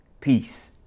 peace